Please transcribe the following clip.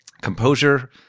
Composure